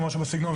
או משהו בסגנון.